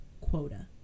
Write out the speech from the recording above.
quota